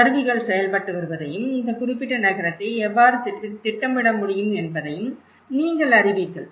கருவிகள் செயல்பட்டு வருவதையும் இந்த குறிப்பிட்ட நகரத்தை எவ்வாறு திட்டமிட முடியும் என்பதையும் நீங்கள் அறிவீர்கள்